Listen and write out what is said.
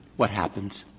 what happens?